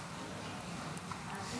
עשר דקות,